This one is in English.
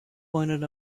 pointed